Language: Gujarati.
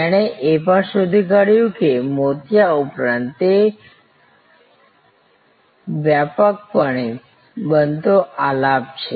તેણે એ પણ શોધી કાઢ્યું કે મોતિયા ઉપરાંત જે વ્યાપકપણે બનતો આલાપ છે